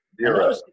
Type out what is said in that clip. Zero